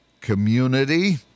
community